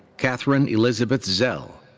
katherine elizabeth zell.